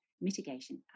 mitigation